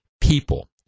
people